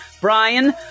Brian